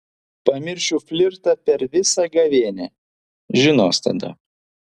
pamiršiu flirtą per visą gavėnią žinos tada